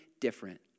different